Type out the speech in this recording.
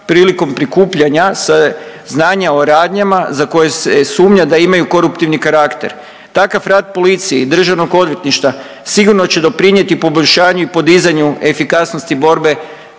prilikom prikupljanja znanja o radnjama za koje se sumnja da imaju koruptivni karakter. Takav rad policije i Državnog odvjetništva sigurno će doprinijeti poboljšanju i podizanju efikasnosti borbe